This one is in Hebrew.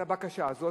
את הבקשה הזאת,